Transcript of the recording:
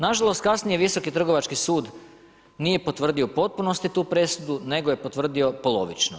Nažalost, kasnije Visoki trgovački sud nije potvrdio u potpunosti tu presudu, nego je potvrdio polovično.